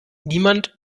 niemand